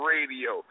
Radio